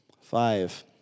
Five